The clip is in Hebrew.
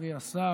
חברי השר,